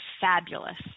fabulous